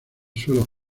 suelos